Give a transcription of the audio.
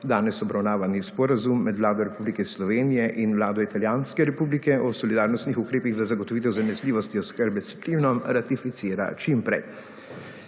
danes obravnavani sporazum med Vlado RS in Vlado Italijanske republike o solidarnostnih ukrepih za zagotovitev zanesljivosti oskrbe s plinom ratificira čim prej.